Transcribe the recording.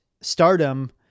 stardom